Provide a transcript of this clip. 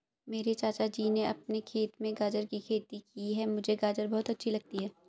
मेरे चाचा जी ने अपने खेत में गाजर की खेती की है मुझे गाजर बहुत अच्छी लगती है